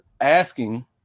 asking